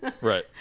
right